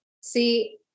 see